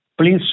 Please